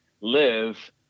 live